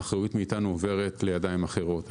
האחריות מאיתנו עוברת לידיים אחרות.